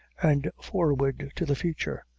and forward to the future,